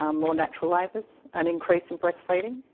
um more natural labours, an increase in breastfeeding